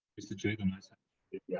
mr chair, the and ayes have it, yeah